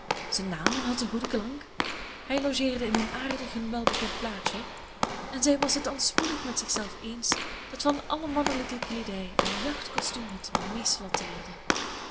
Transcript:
zijn naam had een goeden klank hij logeerde in een aardig hun welbekend plaatsje en zij was het al spoedig met zich zelf eens dat van alle mannelijke kleedij een jachtcostuum het